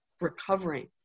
recovering